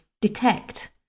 detect